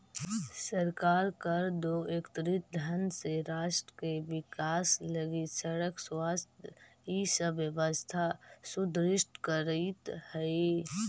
सरकार कर दो एकत्रित धन से राष्ट्र के विकास लगी सड़क स्वास्थ्य इ सब व्यवस्था सुदृढ़ करीइत हई